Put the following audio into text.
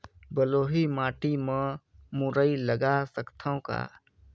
बलुही माटी मे मुरई लगा सकथव का?